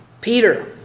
Peter